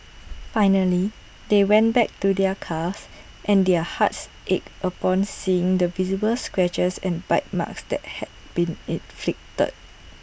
finally they went back to their cars and their hearts ached upon seeing the visible scratches and bite marks that had been inflicted